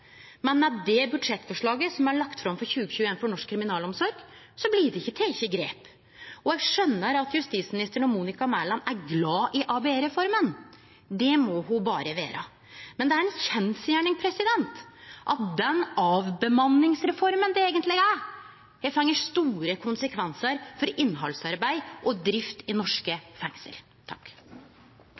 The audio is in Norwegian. Men med det budsjettforslaget som er lagt fram for 2021 for norsk kriminalomsorg, blir det ikkje teke grep. Eg skjønar at justisminister Monica Mæland er glad i ABE-reforma, det må ho berre vere. Men det er ei kjensgjerning at den avbemanningsreforma det eigentleg er, har fått store konsekvensar for innhaldsarbeid og drift i norske fengsel.